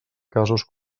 casos